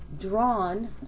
drawn